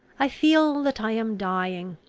i feel that i am dying.